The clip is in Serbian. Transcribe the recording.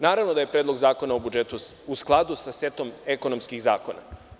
Naravno da je Predlog zakona u skladu sa setom ekonomskih zakona.